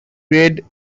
read